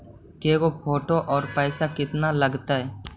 के गो फोटो औ पैसा केतना लगतै?